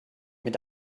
mit